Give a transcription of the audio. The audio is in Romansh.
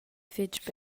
fetg